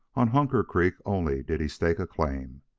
on hunker creek only did he stake a claim.